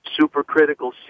supercritical